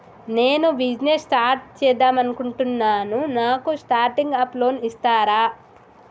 నేను business start చేద్దామనుకుంటున్నాను నాకు స్టార్టింగ్ అప్ లోన్ ఇస్తారా?